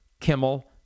Kimmel